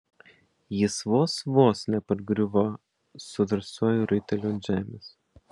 jis vos vos nepargriuvo su drąsiuoju raiteliu ant žemės